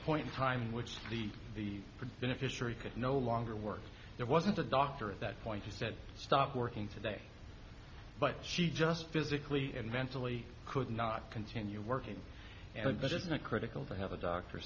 point in time in which the the preventive fishery could no longer work there wasn't a doctor at that point he said stop working today but she just physically and mentally could not continue working and visit in a critical to have a doctor